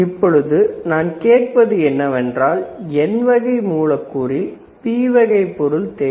இப்போது நான் கேட்பது என்னவென்றால் N வகை மூலக்கூறில் P வகை பொருள் தேவை